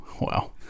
Wow